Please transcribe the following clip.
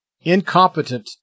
incompetent